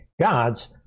God's